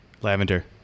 Lavender